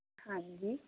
ਹਾਂਜੀ